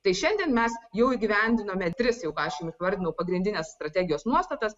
tai šiandien mes jau įgyvendinome tris jau ką aš jums vardinau pagrindinės strategijos nuostatas